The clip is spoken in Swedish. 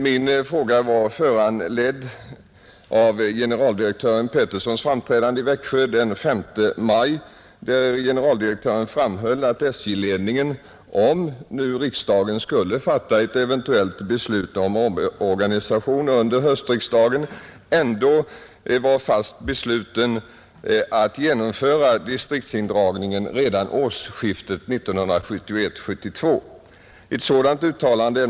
Min fråga var föranledd av generaldirektör Petersons framträdande i Växjö den 5 maj, då generaldirektören framhöll att SJ-ledningen, om nu riksdagen skulle fatta ett beslut om omorganisation under höstriksdagen, ändå är fast besluten att genomföra distriktsindragningen redan vid årsskiftet 1971—1972.